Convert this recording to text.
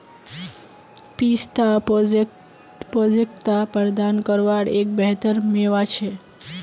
पिस्ता पौष्टिकता प्रदान कारवार एक बेहतर मेवा छे